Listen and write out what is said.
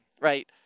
Right